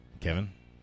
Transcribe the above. Kevin